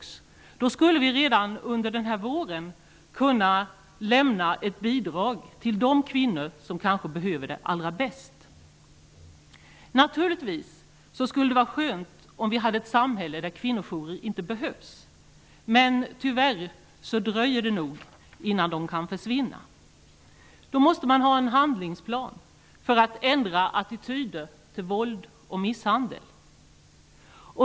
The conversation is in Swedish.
I så fall skulle vi redan denna vår kunna lämna ett bidrag till de kvinnor som kanske behöver det allra mest. Naturligtvis skulle det vara skönt om vi hade ett samhälle där kvinnojourer inte behövdes. Tyvärr dröjer det nog innan dessa kan försvinna. Därför behövs det en handlingsplan för att ändra attityderna till våld och misshandel.